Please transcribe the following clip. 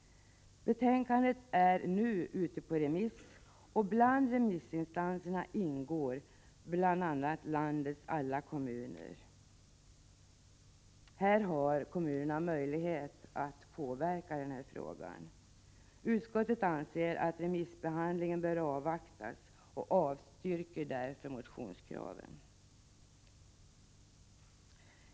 Betänkandet är nu ute på remiss, och bland remissinstanserna ingår landets alla kommuner. Här har kommunerna möjlighet att påverka frågan. Utskottet anser att remissbehandlingen bör avvaktas och avstyrker därför motionskraven.